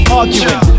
arguing